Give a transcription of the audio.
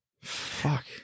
Fuck